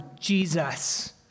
Jesus